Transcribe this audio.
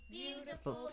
beautiful